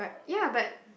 ya but